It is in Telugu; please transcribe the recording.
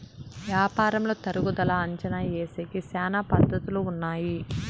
యాపారంలో తరుగుదల అంచనా ఏసేకి శ్యానా పద్ధతులు ఉన్నాయి